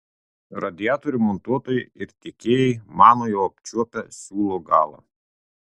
radiatorių montuotojai ir tiekėjai mano jau apčiuopę siūlo galą